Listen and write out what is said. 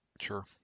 sure